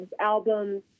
albums